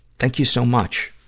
thank you so much.